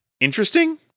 interesting